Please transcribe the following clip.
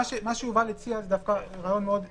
מה שיובל הציע זה דווקא רעיון מאוד טוב.